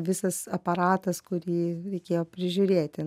visas aparatas kurį reikėjo prižiūrėti